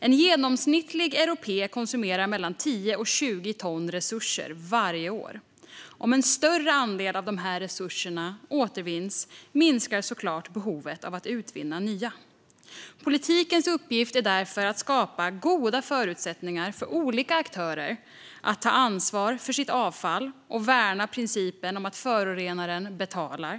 En genomsnittlig europé konsumerar mellan 10 och 20 ton resurser varje år, och om en större andel av dessa resurser återvinns minskar såklart behovet av att utvinna nya. Politikens uppgift är därför att skapa goda förutsättningar för olika aktörer att ta ansvar för sitt avfall och värna principen om att förorenaren betalar.